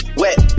wet